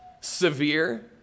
severe